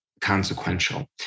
consequential